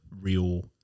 real